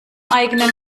eigenen